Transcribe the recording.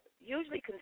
Usually